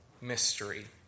mystery